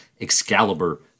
Excalibur